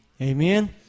Amen